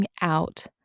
out